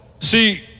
See